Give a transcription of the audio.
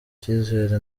cyizere